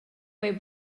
quei